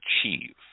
achieve